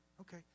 Okay